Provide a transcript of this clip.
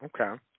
Okay